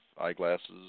Eyeglasses